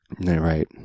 Right